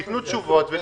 שייתנו תשובות.